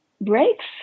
breaks